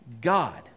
God